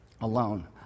alone